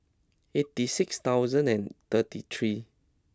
eighty six thousand and thirty three